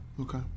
okay